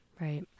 Right